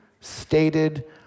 stated